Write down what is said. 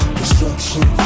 destruction